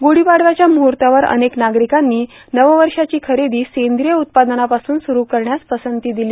गुढीपाडव्याच्या मुहुर्तावर अनेक नागरिकांनी नववर्षांची खरेदी सेंद्रिय उत्पादनांपासून सुरू करण्यास पसंती दिली